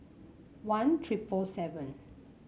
one triple seven